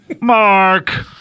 Mark